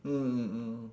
mm mm